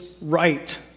right